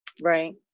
Right